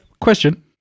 Question